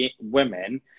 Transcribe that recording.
women